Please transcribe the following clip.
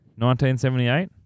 1978